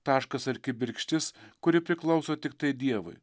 taškas ar kibirkštis kuri priklauso tiktai dievui